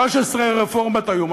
13 רפורמות היו.